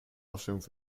darstellung